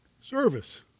Service